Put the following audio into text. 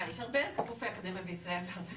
יש הרבה גופי אקדמיה בישראל.